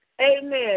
Amen